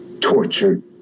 tortured